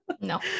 No